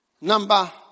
number